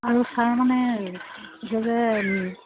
আৰু ছাৰ মানে এইটো যে